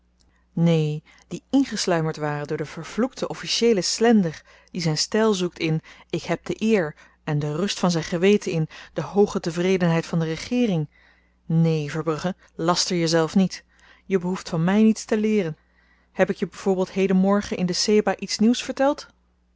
neen die ingesluimerd waren door den vervloekten officieelen slender die zyn styl zoekt in ik heb de eer en de rust van zyn geweten in de hooge tevredenheid van de regeering neen verbrugge laster jezelf niet je behoeft van my niets te leeren heb ik je by voorbeeld heden morgen in de sebah iets nieuws verteld